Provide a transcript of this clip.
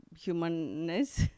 humanness